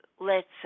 lets